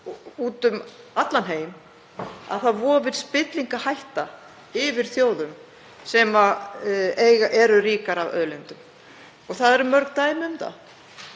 út um allan heim að það vofir spillingarhætta yfir þjóðum sem eru ríkar af auðlindum og það eru mörg dæmi um það.